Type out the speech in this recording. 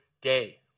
day